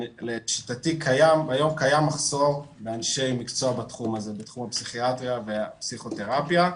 לשיטתי היום קיים מחסור באנשי מקצוע בתחום הפסיכיאטריה והפסיכותרפיה.